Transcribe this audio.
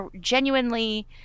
genuinely